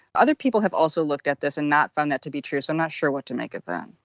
other people have also looked at this and not found that to be true, so i'm not sure what to make of that.